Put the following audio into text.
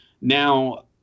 Now